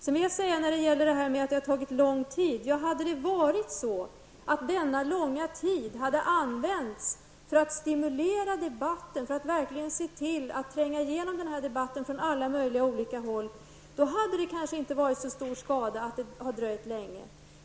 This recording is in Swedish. Det har sagts att det har tagit så lång tid. Hade denna långa tid använts till att stimulera debatten, till att verkligen se till att man tränger igenom frågorna från alla möjliga håll, hade det kanske inte varit till så stor skada att det har dröjt länge.